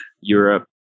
Europe